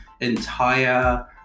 entire